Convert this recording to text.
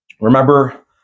Remember